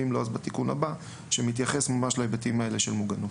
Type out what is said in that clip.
ואם לא אז בתיקון הבא שמתייחס ממש להיבטים האלה של מוגנות.